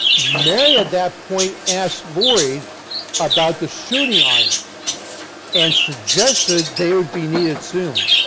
mary, at that point, asks lloyd about the shooting irons and suggested they would be needed soon.